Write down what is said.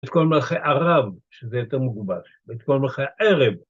את כל מלכי ערב, שזה יותר מוגבל, ואת כל מלכי הערב.